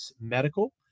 Medical